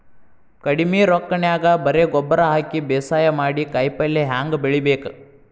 ಕಡಿಮಿ ರೊಕ್ಕನ್ಯಾಗ ಬರೇ ಗೊಬ್ಬರ ಹಾಕಿ ಬೇಸಾಯ ಮಾಡಿ, ಕಾಯಿಪಲ್ಯ ಹ್ಯಾಂಗ್ ಬೆಳಿಬೇಕ್?